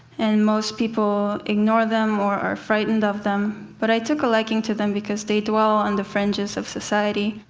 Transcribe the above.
and most people ignore them or are frightened of them. but i took a liking to them because they dwell on the fringes fringes of society.